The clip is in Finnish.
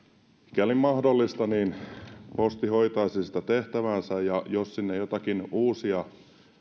mikäli mahdollista posti hoitaisi sitä omaa tehtäväänsä jos sinne joitakin uusia